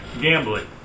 gambling